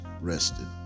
rested